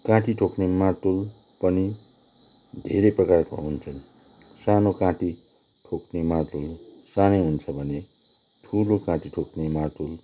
काँटी ठोक्ने मार्तोल पनि धेरै प्रकारको हुन्छन् सानो काँटी ठोक्ने मार्तोल सानै हुन्छ भने ठुलो काँटी ठोक्ने मार्तोल